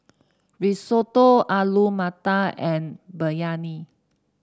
Risotto Alu Matar and Biryani